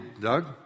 Doug